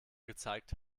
gezeigt